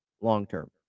long-term